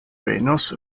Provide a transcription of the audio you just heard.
venos